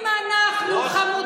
אם אנחנו, ראש כרוב.